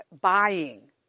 buying